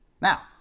now